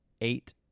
eight